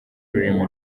ururimi